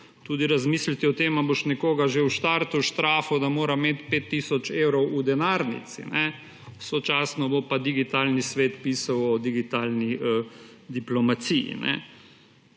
Tudi razmisliti o tem, ali bom nekoga že v štartu štrafali, da mora imeti 5 tisoč evrov v denarnici, sočasno bo pa digitalni svet pisal o digitalni diplomaciji.